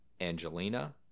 Angelina